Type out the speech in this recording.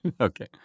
Okay